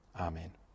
Amen